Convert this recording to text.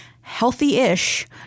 healthy-ish